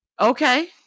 okay